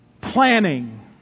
planning